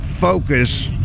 focus